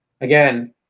Again